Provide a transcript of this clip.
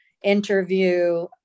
interview